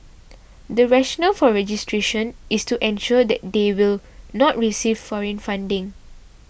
the rationale for registration is to ensure that they will not receive foreign funding